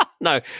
No